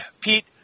pete